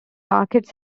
markets